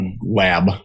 lab